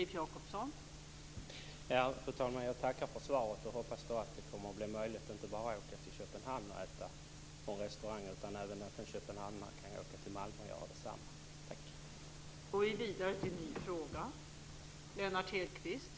Fru talman! Jag tackar för svaret och hoppas att det kommer att bli möjligt inte bara att åka till Köpenhamn och äta på restaurang utan även att en köpenhamnare kan åka till Malmö och göra detsamma.